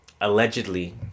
Allegedly